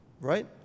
Right